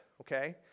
okay